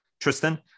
Tristan